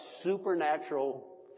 supernatural